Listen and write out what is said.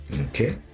Okay